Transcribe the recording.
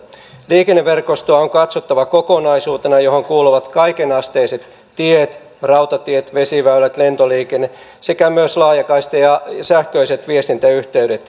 liikenneverkostoa on katsottava kokonaisuutena johon kuuluvat kaikenasteiset tiet rautatiet vesiväylät lentoliikenne sekä myös laajakaista ja sähköiset viestintäyhteydetkin